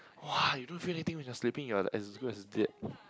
(woah) you don't feel anything when you are sleeping you're the as good as dead